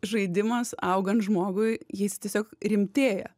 žaidimas augant žmogui jis tiesiog rimtėja